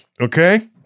okay